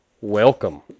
Welcome